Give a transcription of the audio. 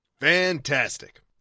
Fantastic